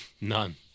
None